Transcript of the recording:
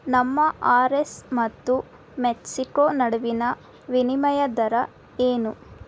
ನಮ್ಮ R S ಮತ್ತು Mexico ನಡುವಿನ ವಿನಿಮಯ ದರ ಏನು